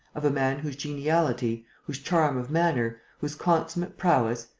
of a man whose geniality, whose charm of manner, whose consummate prowess,